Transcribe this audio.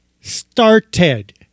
StarTed